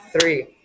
three